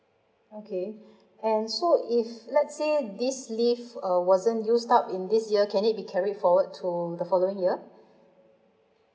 okay and so if let's say this leave uh wasn't used up in this year can it be carried forward to the following year